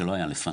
שלא היה לפנינו,